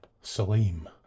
Salim